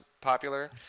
popular